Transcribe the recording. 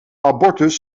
abortus